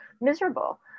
miserable